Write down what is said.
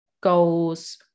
goals